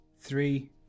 three